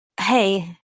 Hey